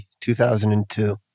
2002